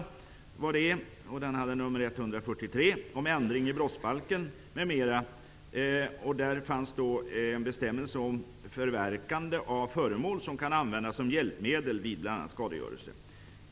Gustaf Sjödin -- fanns en bestämmelse om förverkande av föremål som kan användas såsom hjälpmedel vid bl.a. skadegörelse.